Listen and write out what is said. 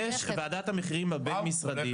ועדת המחירים הבין משרדית --- אה,